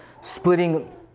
splitting